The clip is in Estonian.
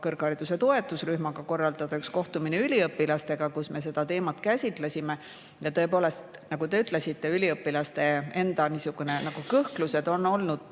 kõrghariduse toetusrühmaga korraldada üks kohtumine üliõpilastega, kus me seda teemat käsitlesime. Ja tõepoolest, nagu te ütlesite, üliõpilaste enda kõhklused on olnud